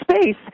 space